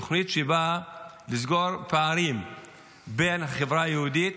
תוכנית שבאה לסגור פערים בין החברה היהודית